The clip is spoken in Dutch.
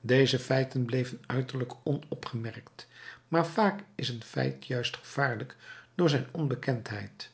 deze feiten bleven uiterlijk onopgemerkt maar vaak is een feit juist gevaarlijk door zijn onbekendheid